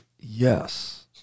Yes